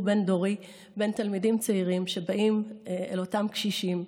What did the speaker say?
בין-דורי עם תלמידים צעירים שבאים אל אותם קשישים,